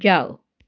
जाओ